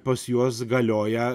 pas juos galioja